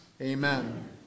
Amen